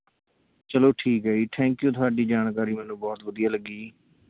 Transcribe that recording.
ਚਲੋ ਠੀਕ ਹੈ ਜੀ ਥੈਂਕ ਯੂ ਤੁਹਾਡੀ ਜਾਣਕਾਰੀ ਮੈਨੂੰ ਬਹੁਤ ਵਧੀਆ ਲੱਗੀ ਜੀ